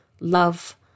love